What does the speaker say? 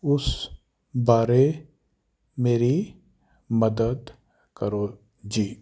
ਉਸ ਬਾਰੇ ਮੇਰੀ ਮਦਦ ਕਰੋ ਜੀ